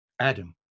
Adam